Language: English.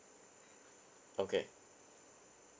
okay